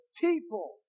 people